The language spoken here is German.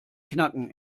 knacken